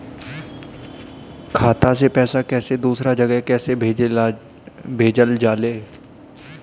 खाता से पैसा कैसे दूसरा जगह कैसे भेजल जा ले?